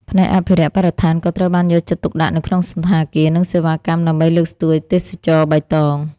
ផ្នែកអភិរក្សបរិស្ថាន ក៏ត្រូវបានយកចិត្តទុកដាក់នៅក្នុងសណ្ឋាគារ និងសេវាកម្ម ដើម្បីលើកស្ទួយទេសចរណ៍បៃតង។